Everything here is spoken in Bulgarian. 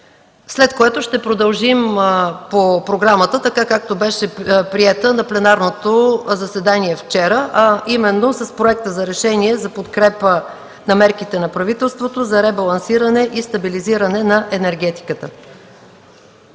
след което ще продължим по програмата, както беше приета на пленарното заседание вчера, а именно с Проекта за решение за подкрепа на мерките на правителството за ребалансиране и стабилизиране на енергетиката.